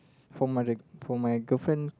for my the for my girlfriend